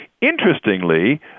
Interestingly